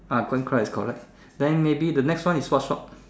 ah coin coy is correct then maybe the next one is what shop